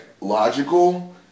logical